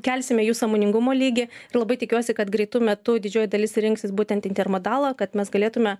kelsime jų sąmoningumo lygį ir labai tikiuosi kad greitu metu didžioji dalis rinksis būtent intermodalą kad mes galėtume